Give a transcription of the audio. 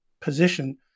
position